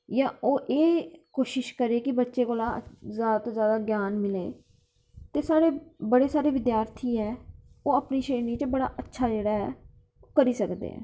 जां ओह् एह् कोशिश करै की बच्चे कोला जादै कोला जादै ज्ञान मिलै एह् साढ़े बड़े सारे विद्यार्थी ऐ ओह् अपनी शैली च जेह्ड़ा बड़ा अच्छा करी सकदे